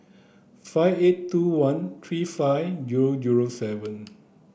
five eight two one three five three zero zero seven